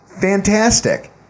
Fantastic